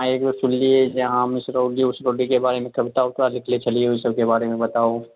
आ एकबेर सुनलियै जे अहाँ मिसरौली ओसरौलीके बारेमे कविता ओविता लिखने छलियै ओ सभके बारेमे बताउ